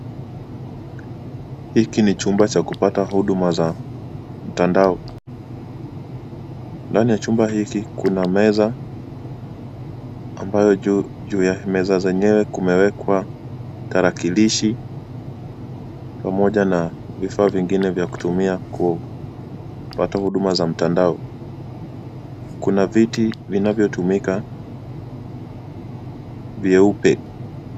Hiki ni chumba cha kupata huduma za mtandao. Ndani ya chumba hiki kuna meza ambayo juu ya meza zenyewe kumewekwa tarakilishi pamoja na vifaa vingine vya kutumia kupata huduma za mtandao. Kuna viti vinavyotumika vyeupe.